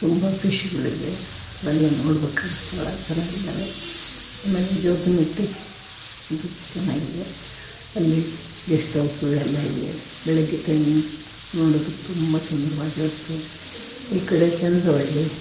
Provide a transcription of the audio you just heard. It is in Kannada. ತುಂಬ ಫಿಶ್ಗಳಿವೆ ಅವೆಲ್ಲ ನೋಡ್ಬೇಕಾದ ಸ್ಥಳ ಚೆನ್ನಾಗಿದಾವೆ ಆಮೇಲೆ ಜೋಗಿಮಟ್ಟಿ ಅದು ಚೆನ್ನಾಗಿದೆ ಅಲ್ಲಿ ಗೆಸ್ಟ್ ಹೌಸು ಎಲ್ಲ ಇದೆ ಬೆಳಿಗ್ಗೆ ಟೈಮ್ ನೋಡೋದಕ್ಕೆ ತುಂಬ ಸುಂದ್ರವಾಗಿರುತ್ತೆ ಈಕಡೆ ಚಂದ್ರವಳ್ಳಿ